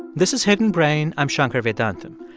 this is hidden brain. i'm shankar vedantam.